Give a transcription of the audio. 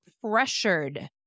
pressured